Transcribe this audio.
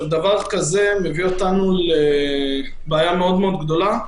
דבר כזה מביא אותנו לבעיה מאוד מאוד גדולה,